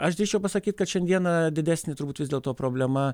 aš drįsčiau pasakyt kad šiandieną didesnė turbūt vis dėlto problema